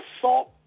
assault